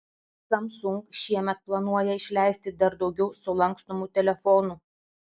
samsung šiemet planuoja išleisti dar daugiau sulankstomų telefonų